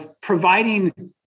providing